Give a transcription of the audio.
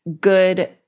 good